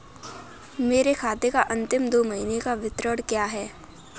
मेरे खाते का अंतिम दो महीने का विवरण क्या है?